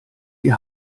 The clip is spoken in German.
die